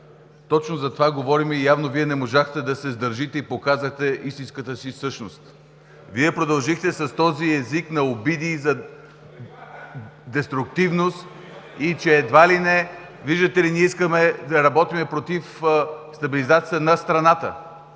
Точно за това говорим и явно Вие не можахте да се сдържите и показахте истинската си същност. Вие продължихте с този език на обиди за деструктивност и че, едва ли не, виждате ли, ние искаме да работим против стабилизацията на страната.